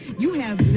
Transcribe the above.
you